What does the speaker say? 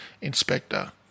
inspector